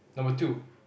number two